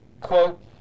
quote